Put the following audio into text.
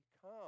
come